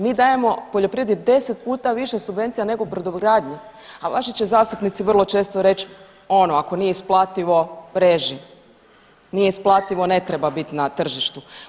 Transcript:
Mi dajemo poljoprivredi 10 puta više subvencija nego brodogradnji, a vaši će zastupnici vrlo često reć ono ako nije isplativo reži, nije isplativo ne treba bit na tržištu.